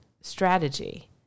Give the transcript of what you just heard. strategy